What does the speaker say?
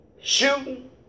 shooting